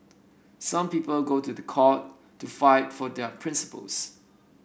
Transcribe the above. some people go to the court to fight for their principles